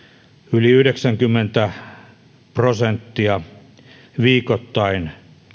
yli yhdeksänkymmentä prosenttia viikoittain